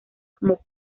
como